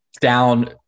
Down